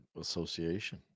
association